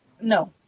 No